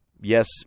yes